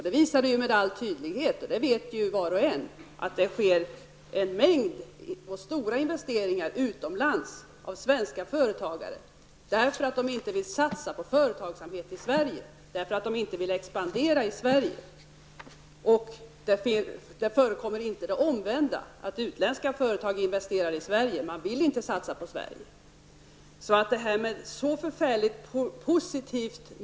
Det visade med all tydlighet -- och det vet var och en -- att svenska företagare gör många och stora investeringar utomlands, eftersom de inte vill satsa på företagsamhet i Sverige och inte vill expandera i Sverige. Det omvända förhållandet förekommer inte, att utländska företag skulle investera i Sverige. Man vill inte satsa på Sverige.